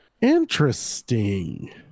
Interesting